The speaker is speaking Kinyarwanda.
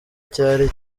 cyari